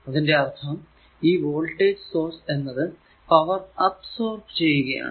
അതിന്റെ അർഥം ഈ വോൾടേജ് സോഴ്സ് എന്നത് പവർ അബ്സോർബ് ചെയ്യുകയാണ്